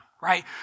right